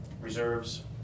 reserves